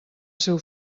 seu